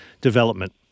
development